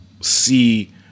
see